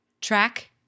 track